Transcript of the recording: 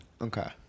Okay